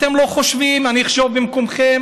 אתם לא חושבים, אני אחשוב במקומכם.